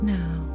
now